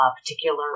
particular